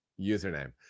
Username